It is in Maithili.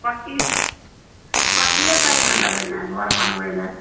पक्की पक्कीए साइडमे लेबै ने घर बनबै लऽ